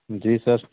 जी sir